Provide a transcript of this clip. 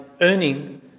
earning